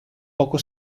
poco